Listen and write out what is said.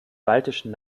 baltischen